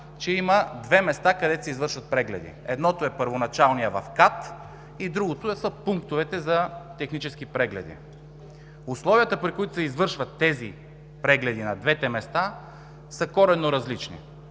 че има две места, където се извършват прегледи. Едното е първоначалният в КАТ, а другото са пунктовете за технически прегледи. Условията, при които се извършват тези прегледи на двете места, са коренно различни.